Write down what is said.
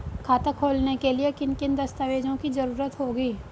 खाता खोलने के लिए किन किन दस्तावेजों की जरूरत होगी?